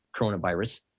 coronavirus